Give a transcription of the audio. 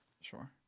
Sure